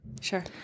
Sure